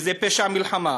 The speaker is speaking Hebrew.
וזה פשע מלחמה.